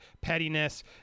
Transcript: pettiness